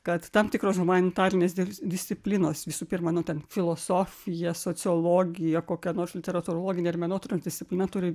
kad tam tikros humanitarinės disciplinos visų pirma nu ten filosofija sociologija kokia nors literatūrologinė ar menotyra disciplina turi